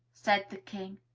said the king,